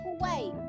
away